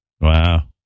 Wow